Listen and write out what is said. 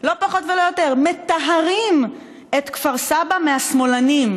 לא פחות ולא יותר, "מטהרים את כפר סבא מהשמאלנים.